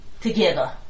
together